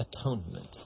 atonement